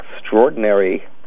extraordinary